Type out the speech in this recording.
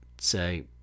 say